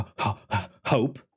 hope